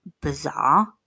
bizarre